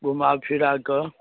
घुमा फिरा कऽ